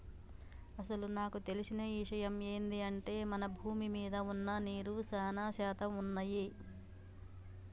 అసలు నాకు తెలిసిన ఇషయమ్ ఏంది అంటే మన భూమి మీద వున్న నీరు సానా శాతం వున్నయ్యి